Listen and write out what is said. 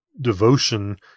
devotion